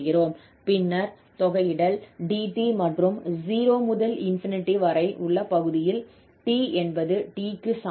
பின்னர் தொகையிடல் 𝑑𝑡 மற்றும் 0 முதல் ∞ வரை உள்ள பகுதியில் 𝑡 என்பது t க்கு சமம்